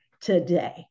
today